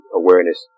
awareness